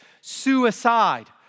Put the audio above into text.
suicide